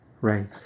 right